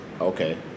okay